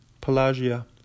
Pelagia